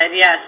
yes